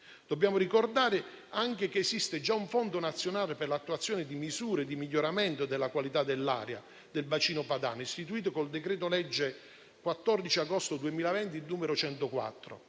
Dobbiamo ricordare anche che esiste già un fondo nazionale per l'attuazione di misure di miglioramento della qualità dell'aria del bacino padano, istituito col decreto-legge 14 agosto 2020, n. 104.